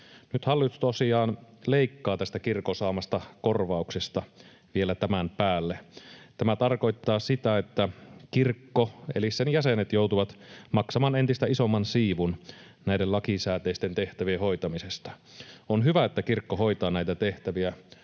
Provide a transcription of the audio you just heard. tosiaan leikkaa tästä kirkon saamasta korvauksesta vielä tämän päälle. Tämä tarkoittaa sitä, että kirkko eli sen jäsenet joutuvat maksamaan entistä isomman siivun näiden lakisääteisten tehtävien hoitamisesta. On hyvä, että kirkko hoitaa näitä tehtäviä.